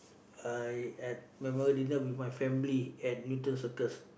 I at memorable dinner with my family at Newton-Circus